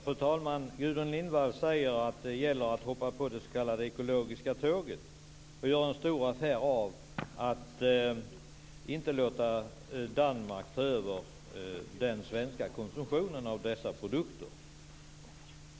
Fru talman! Gudrun Lindvall säger att det gäller att hoppa på det s.k. ekologiska tåget, och hon gör en stor affär av att vi inte skall låta Danmark ta över den svenska konsumtionen av dessa produkter.